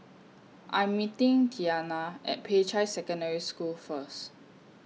I'm meeting Tiana At Peicai Secondary School First